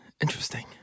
interesting